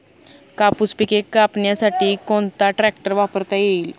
कापूस पिके कापण्यासाठी कोणता ट्रॅक्टर वापरता येईल?